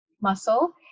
muscle